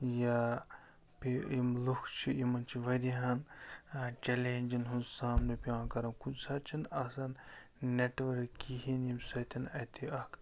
یا بیٚیہِ یِم لُکھ چھِ یِمن چھِ واریَہَن چیلینجَن ہُنٛد سامنہٕ پٮ۪وان کَرُن کُنہِ ساتہٕ چھُنہٕ آسان نٮ۪ٹؤرٕک کِہیٖنۍ ییٚمہِ سۭتۍ اَتہِ اکھ